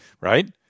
Right